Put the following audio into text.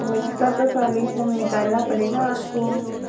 तो इसका तो सोल्यूशन निकालना पड़ेगा आपको